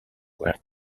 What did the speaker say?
were